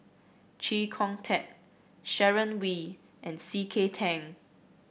Chee Kong Tet Sharon Wee and C K Tang